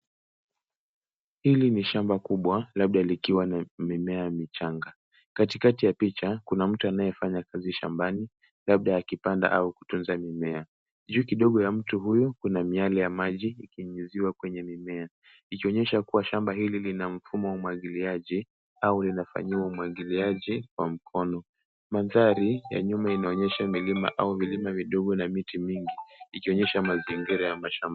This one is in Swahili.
Hili ni shamba kubwa labda likiwa na mimea michanga. Katikati ya picha kuna mtu anayefanya kazi shambani labda akipanda au kutunza mimea. Juu kidogo ya mtu huyu, kuna miale ya maji, ikinyunyiziwa kwenye mimea ikionyesha kuwa shamba hili lina mfumo wa umwagiliaji au linafanyiwa umwagiliaji kwa mkono. Mandhari ya nyuma inaonyesha mlima au vilima vidogo na miti mingi ikionyesha mazingira ya mashamba.